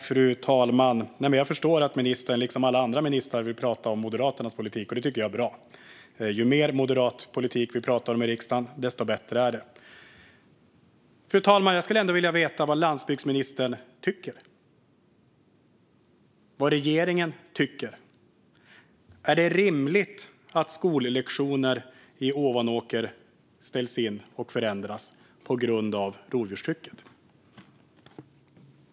Fru talman! Jag förstår att ministern, liksom alla andra ministrar, vill prata om Moderaternas politik, och det tycker jag är bra. Ju mer moderat politik vi pratar om i riksdagen, desto bättre är det. Fru talman! Jag skulle ändå vilja veta vad landsbygdsministern tycker, vad regeringen tycker. Är det rimligt att skollektioner i Ovanåker ställs in eller förändras på grund av rovdjurstrycket?